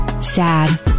Sad